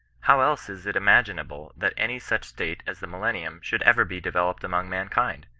how else is it imaginable that any such state as the millen nium should ever be developed among mankind?